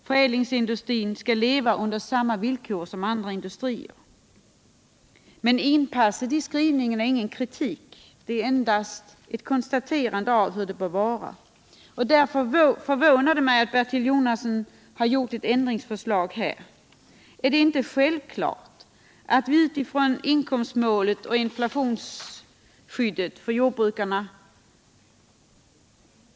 Förädlingsindustrin skall leva under samma villkor som andra industrier, men inpasset i skrivningen är ingen kritik, utan endast ett konstaterande av hur det bör vara. Därför förvånar det mig att Bertil Jonasson gjort ett ändringsförslag här. Vi räknar ut de ökade priserna med hänsyn till inkomstmålet och inflationsskyddet för jordbrukarna.